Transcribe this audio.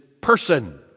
person